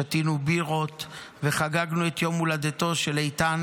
שתינו בירות וחגגנו את יום הולדתו של איתן